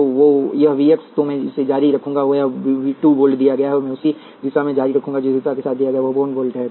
तो यह V X है तो मैं इसे जारी रखूंगा यह 2 वोल्ट दिया गया है और मैं उसी दिशा में जारी रखूंगा जो इस ध्रुवीयता के साथ दिया गया है वह 1 वोल्ट है